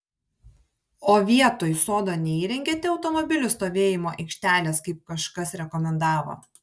o vietoj sodo neįrengėte automobilių stovėjimo aikštelės kaip kažkas rekomendavo